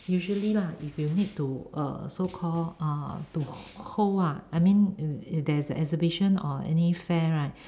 usually lah if you need to err so call to hold ah I mean if there is a exhibition or any fair right